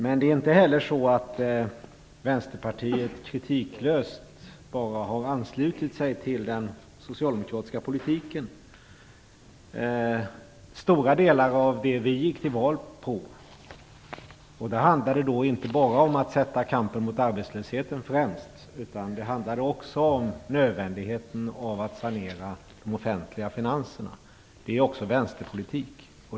För den skull är det inte så att Vänsterpartiet kritiklöst har anslutit sig till den socialdemokratiska politiken. Stora delar av det som vi gick till val på - det handlade inte bara om att sätta kampen mot arbetslösheten främst utan också om nödvändigheten av att sanera de offentliga finanserna - är vänsterpolitik.